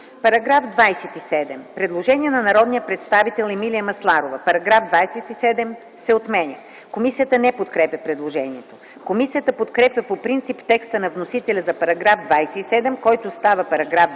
По § 27 има предложение на народния представител Емилия Масларова –§ 27 се отменя. Комисията не подкрепя предложението. Комисията подкрепя по принцип текста на вносителя за § 27, който става §26